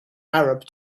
arab